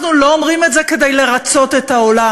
אנחנו לא אומרים את זה כדי לרצות את העולם,